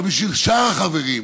אבל בשביל שאר החברים,